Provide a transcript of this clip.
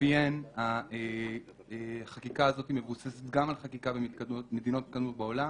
לפיהן החקיקה הזאת מבוססת גם על חקיקה במדינות מתקדמות בעולם